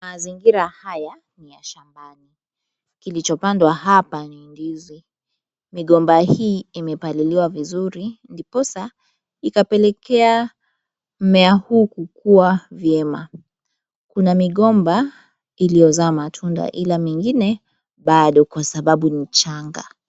Mazingira haya ni ya shambani. Kilichopandwa hapa ni ndizi. Migomba hii imepaliliwa vizuri, ndiposa ikapelekea mmea huu kukua vyema. Kuna migomba iliyozaa matunda ila mingine bado kwa sababu ni changa.